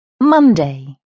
Monday